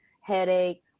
headache